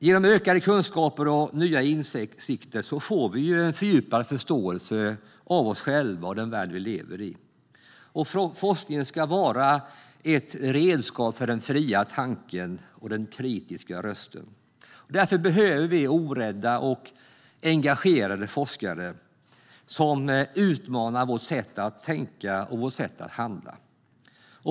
Genom ökade kunskaper och nya insikter får vi en fördjupad förståelse av oss själva och den värld vi lever i. Forskningen ska vara ett redskap för den fria tanken och den kritiska rösten. Därför behöver vi orädda och engagerade forskare som utmanar vårt sätt att tänka och handla.